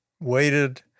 waited